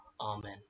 amen